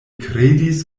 kredis